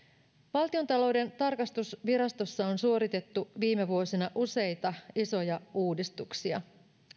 valtiontalouden tarkastusvirastossa on suoritettu viime vuosina useita isoja uudistuksia